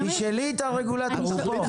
תשאלי את הרגולטור, הוא פה.